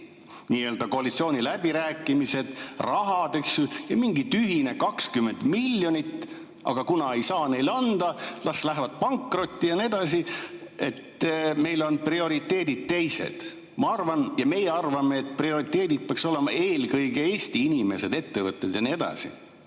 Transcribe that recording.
juurde koalitsiooniläbirääkimised ja rahad, eks. Mingi tühine 20 miljonit. Aga kuna ei saa seda neile anda, las lähevad pankrotti ja nii edasi. Meil on prioriteedid teised. Ma arvan, ja meie arvame, et prioriteedid peaksid olema eelkõige Eesti inimesed, ettevõtted ja nii edasi,